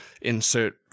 Insert